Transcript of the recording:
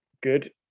good